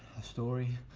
a story,